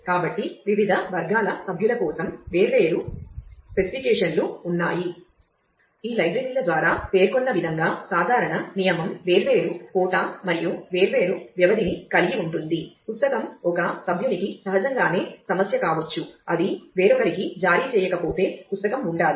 కాబట్టి వివిధ వర్గాల సభ్యుల కోసం వేర్వేరు స్పెసిఫికేషన్లు ఉన్నాయి ఈ లైబ్రరీల ద్వారా పేర్కొన్న విధంగా సాధారణ నియమం వేర్వేరు కోటా మరియు వేర్వేరు వ్యవధిని కలిగి ఉంటుంది పుస్తకం ఒక సభ్యునికి సహజంగానే సమస్య కావచ్చు అది వేరొకరికి జారీ చేయకపోతే పుస్తకం ఉండాలి